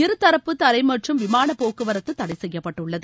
இருதரப்பு தரை மற்றும் விமான போக்குவரத்து தடை செய்யப்பட்டுள்ளது